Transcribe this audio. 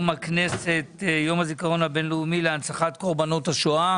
הכנסת את יום הזיכרון הבינלאומי להנצחת קורבנות השואה